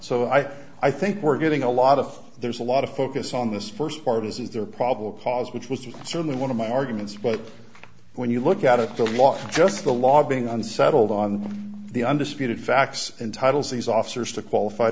so i i think we're getting a lot of there's a lot of focus on this st part isn't there problem was which was certainly one of my arguments but when you look at it the law just the law being unsettled on the undisputed facts and titles these officers to qualified